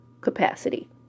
capacity